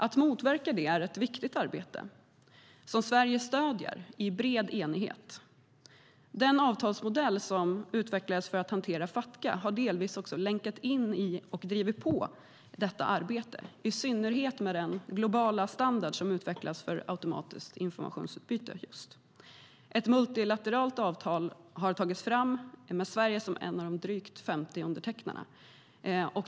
Att motverka det är ett viktigt arbete som Sverige stöder i bred enighet. Den avtalsmodell som utvecklades för att hantera Fatca har delvis länkat in i och drivit på detta arbete, i synnerhet med den globala standard som utvecklats för automatiskt informationsutbyte. Ett multilateralt avtal har tagits fram med Sverige som en av de drygt 50 undertecknarna.